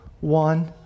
one